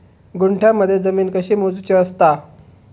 गुंठयामध्ये जमीन कशी मोजूची असता?